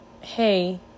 hey